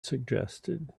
suggested